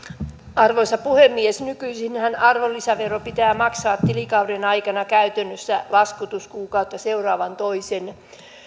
arvoisa puhemies nykyisinhän arvonlisävero pitää maksaa tilikauden aikana käytännössä laskutuskuukautta seuraavan